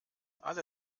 alle